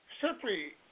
simply